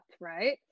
right